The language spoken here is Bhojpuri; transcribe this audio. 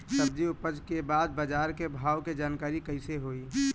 सब्जी उपज के बाद बाजार के भाव के जानकारी कैसे होई?